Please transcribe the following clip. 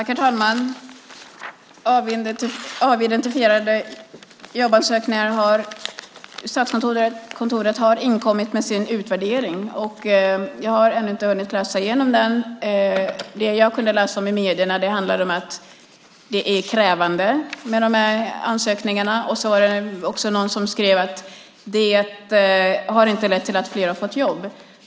Herr talman! Statskontoret har inkommit med sin utvärdering av avidentifierade jobbansökningar. Jag har ännu inte hunnit läsa igenom den. Det jag har kunnat läsa i medierna handlade om att de här ansökningarna är krävande. Någon skrev också att det inte har lett till att fler har fått jobb.